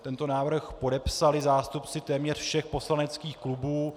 Tento návrh podepsali zástupci téměř všech poslaneckých klubů.